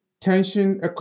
tension